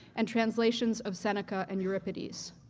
and translations of seneca and euripides.